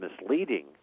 misleading